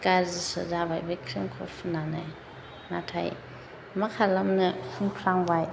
गाज्रिसो जाबाय बे क्रिमखौ फुननानै नाथाय मा खालामनो फुनफ्लांबाय